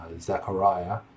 Zechariah